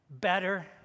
Better